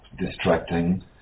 distracting